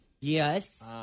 Yes